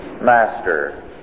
master